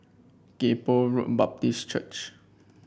Kay Poh Road Baptist Church